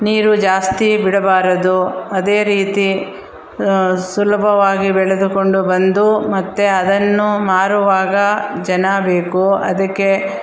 ನೀರು ಜಾಸ್ತಿ ಬಿಡಬಾರದು ಅದೇ ರೀತಿ ಸುಲಭವಾಗಿ ಬೆಳೆದುಕೊಂಡು ಬಂದು ಮತ್ತು ಅದನ್ನು ಮಾರುವಾಗ ಜನ ಬೇಕು ಅದಕ್ಕೆ